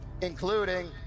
including